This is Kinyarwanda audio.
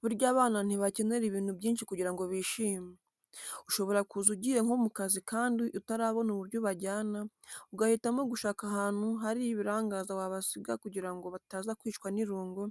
Burya abana ntibakenera ibintu byinshi kugira ngo bishime. Ushobora kuza ugiye nko mu kazi kandi utarabona uburyo ubajyana, ugahitamo gushaka ahantu hari ibirangaza wabasiga kugira ngo bataza kwicwa n'irungu,